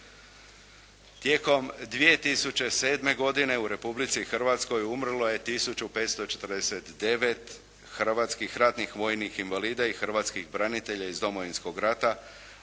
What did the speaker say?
Tijekom 2007. godine u Republici Hrvatskoj umrlo je tisuću 549 hrvatskih ratnih vojnih invalida i hrvatskih branitelja iz Domovinskog rata,